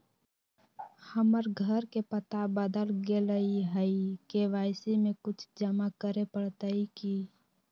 हमर घर के पता बदल गेलई हई, के.वाई.सी में कुछ जमा करे पड़तई की?